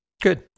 Good